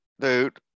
Dude